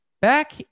Back